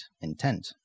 intent